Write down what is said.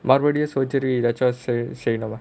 மறுபடியும்:marubadiyum surgery செய்யணுமா:seiyanumaa